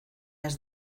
has